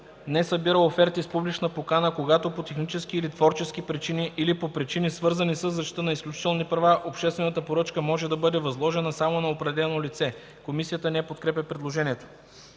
не събира оферти с публична покана, когато по технически или творчески причини или по причини, свързани със защита на изключителни права обществената поръчка може да бъде възложена само на определено лице.” Комисията не подкрепя предложението.